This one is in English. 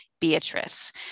Beatrice